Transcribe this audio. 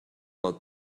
dans